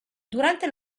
durante